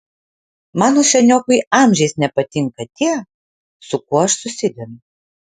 mano seniokui amžiais nepatinka tie su kuo aš susidedu